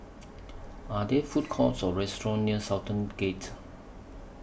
Are There Food Courts Or restaurants near Sultan Gate